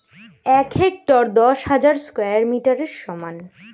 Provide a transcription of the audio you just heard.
এক হেক্টার দশ হাজার স্কয়ার মিটারের সমান